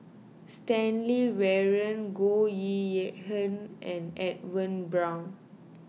Stanley Warren Goh and Edwin Brown